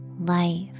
life